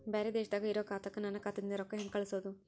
ಬ್ಯಾರೆ ದೇಶದಾಗ ಇರೋ ಖಾತಾಕ್ಕ ನನ್ನ ಖಾತಾದಿಂದ ರೊಕ್ಕ ಹೆಂಗ್ ಕಳಸೋದು?